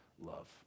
love